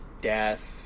death